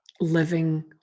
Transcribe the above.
living